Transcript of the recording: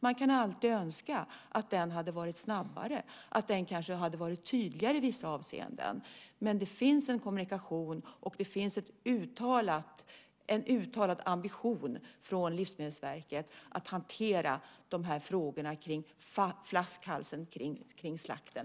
Man kan alltid önska att den hade varit snabbare, att den hade varit tydligare i vissa avseenden, men det finns en kommunikation och en uttalad ambition från Livsmedelsverket att med hög prioritet hantera de här frågorna om flaskhalsen kring slakten.